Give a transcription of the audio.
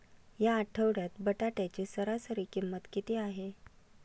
या आठवड्यात बटाट्याची सरासरी किंमत किती आहे?